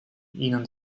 ihnen